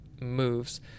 moves